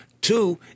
Two